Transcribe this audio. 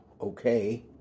okay